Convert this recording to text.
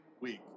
week